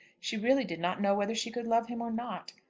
she really did not know whether she could love him or not.